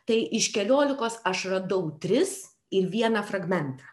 tai iš keliolikos aš radau tris ir vieną fragmentą